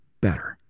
better